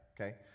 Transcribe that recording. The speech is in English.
okay